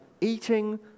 eating